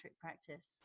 practice